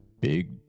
big